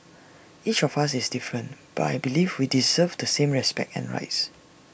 each of us is different but I believe we deserve the same respect and rights